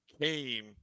came